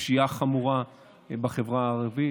פשיעה חמורה בחברה הערבית,